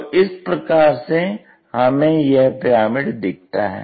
तो इस प्रकार से हमें यह पिरामिड दिखता है